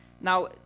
Now